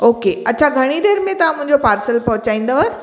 okay अच्छा घणी देरि में तव्हां मुंहिंजो पार्सल पहुचाईंदव